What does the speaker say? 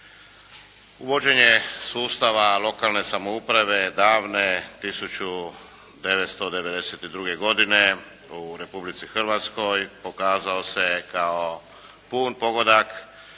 Uvođenje sustava lokalne samouprave davne 1992. godine u Republici Hrvatskoj pokazao se kao pun pogodak